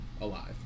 alive